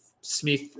Smith